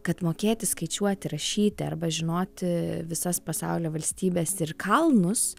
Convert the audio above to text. kad mokėti skaičiuoti rašyti arba žinoti visas pasaulio valstybes ir kalnus